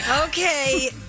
Okay